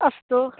अस्तु